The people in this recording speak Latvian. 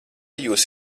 jūs